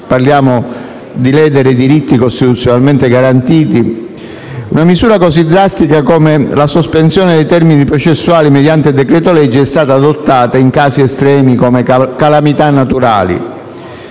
parliamo di ledere i diritti costituzionalmente garantiti - come la sospensione dei termini processuali mediante decreto-legge è stata adottata in casi estremi come le calamità naturali.